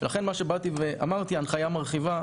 לכן מה שבאתי ואמרתי, הנחיה מרחיבה.